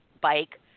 bike